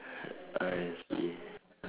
I see